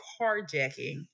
carjacking